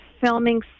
filming